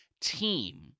team